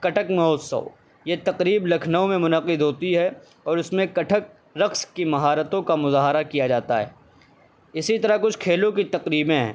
کتھک مہوتسو یہ تقریب لکھنؤ میں منعقد ہوتی ہے اور اس میں کتھک رقص کی مہارتوں کا مظاہرہ کیا جاتا ہے اسی طرح کچھ کھیلوں کی تقریبیں